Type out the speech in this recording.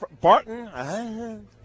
barton